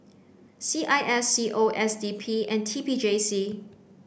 C I S C O S D P and T P J C